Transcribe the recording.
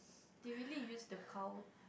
they really use the cow